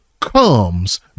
comes